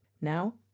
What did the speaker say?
Now